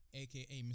aka